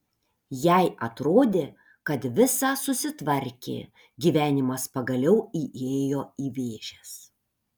jai atrodė kad visa susitvarkė gyvenimas pagaliau įėjo į vėžes